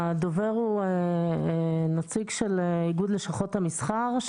הדובר הוא נציג של איגוד לשכות המסחר,